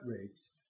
rates